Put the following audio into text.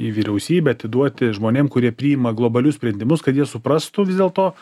į vyriausybę atiduoti žmonėm kurie priima globalius sprendimus kad jie suprastų vis dėlto